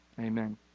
Amen